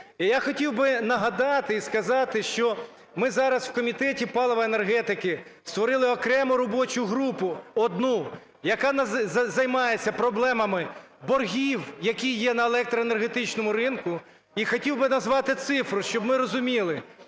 І я хотів би нагадати і сказати, що ми зараз в Комітеті палива і енергетики створили окрему робочу групу одну, яка займається проблемами боргів, які є на електроенергетичному ринку. І хотів би назвати цифру, щоб ми розуміли